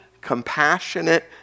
compassionate